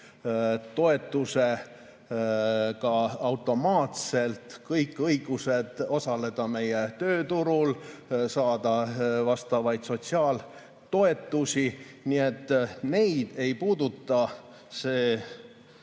toetuse automaatselt: kõik õigused osaleda meie tööturul, saada vastavaid sotsiaaltoetusi. Nii et neid ei puuduta see